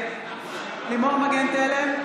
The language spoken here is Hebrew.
לימור מגן תלם,